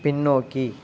பின்னோக்கி